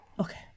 Okay